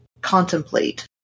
contemplate